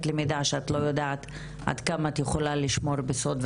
למידע שאת לא יודעת עד כמה את יכולה לשמור בסוד,